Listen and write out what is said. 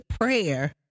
prayer